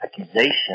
accusation